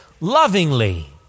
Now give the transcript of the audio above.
lovingly